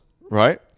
right